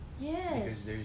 yes